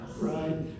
Right